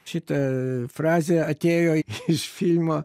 šita frazė atėjo iš filmo